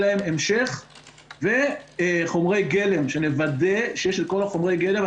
להם המשך וחומרי גלם שנוודא שיש את כל חומרי הגלם.